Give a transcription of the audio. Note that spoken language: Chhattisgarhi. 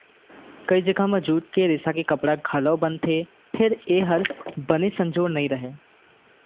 कइ जघा म जूट के रेसा के कपड़ा घलौ बनथे फेर ए हर बने संजोर नइ रहय